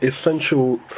essential